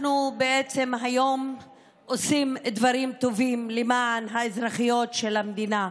אנחנו בעצם היום עושים דברים טובים למען האזרחיות של המדינה.